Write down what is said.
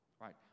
right